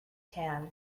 tan